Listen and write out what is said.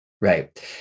Right